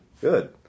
Good